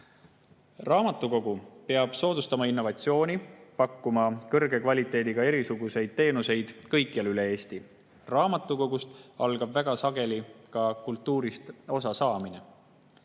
Raamatukogu peab soodustama innovatsiooni, pakkuma erisuguseid kõrge kvaliteediga teenuseid kõikjal üle Eesti. Raamatukogust algab väga sageli ka kultuurist osasaamine.